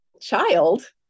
child